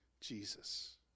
Jesus